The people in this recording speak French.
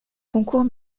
concours